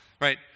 right